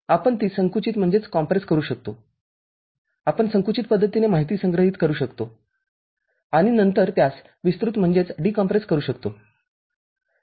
आपण ती संकुचित करू शकतो आपण संकुचित पद्धतीने माहिती संग्रहित करू शकतो आणि नंतर त्यास विस्तृत करू शकतो